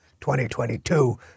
2022